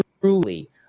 truly